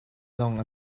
zong